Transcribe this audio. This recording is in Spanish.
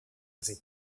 así